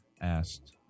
asked